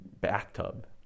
bathtub